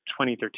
2013